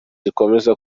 zikomeza